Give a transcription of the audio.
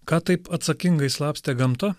ką taip atsakingai slapstė gamta